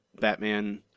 Batman